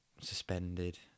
suspended